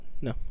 No